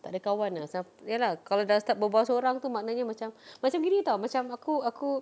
tak ada kawan ah sam~ ya lah kalau sudah start berbual seorang itu maknanya macam macam gini tahu macam aku aku